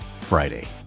Friday